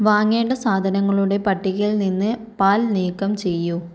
വാങ്ങേണ്ട സാധനങ്ങളുടെ പട്ടികയിൽ നിന്ന് പാൽ നീക്കം ചെയ്യൂ